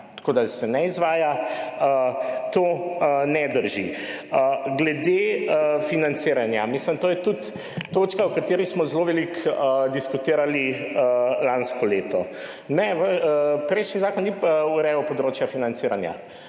Tako, da se ne izvaja, to ne drži. Glede financiranja, mislim to je tudi točka o kateri smo zelo veliko diskutirali lansko leto. Ne, v, prejšnji zakon ni urejal področja financiranja.